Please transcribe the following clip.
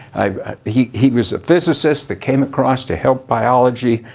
he he was a physicist that came across to help biology.